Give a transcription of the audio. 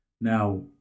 Now